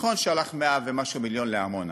נכון שהלכו 100 ומשהו מיליון לעמונה,